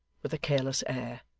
with a careless air,